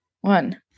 one